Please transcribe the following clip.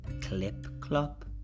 Clip-clop